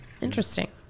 Interesting